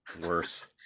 worse